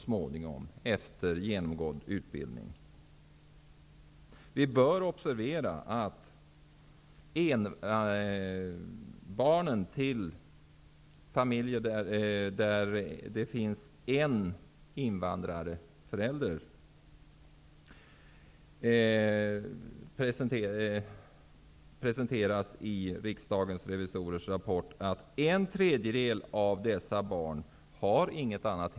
Vi bör observera att en tredjedel av barnen i familjer där det finns en invandrarförälder inte har något annat hemspråk än svenska. Detta presenteras i Riksdagens revisorers rapport.